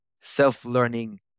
self-learning